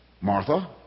Martha